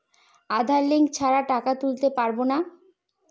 আধার link ছাড়া টাকা তুলতে পারব না?